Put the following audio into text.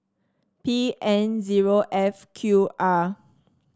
P N zero F Q R